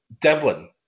Devlin